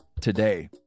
today